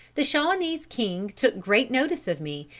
the shawanese king took great notice of me,